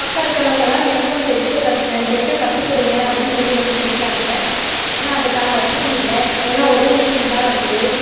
பக்கம் இருக்கிறவங்கள்லாம் எனக்கும் தச்சி கற்று தைக்க கற்றுக் கொடுங்க அப்படின்னு சொல்லி வந்து கேட்டாங்க ஆனால் அதுக்கான வசதி இல்லை ஏன்னால் ஒரே மிஷின் தான் இருக்குது